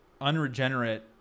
unregenerate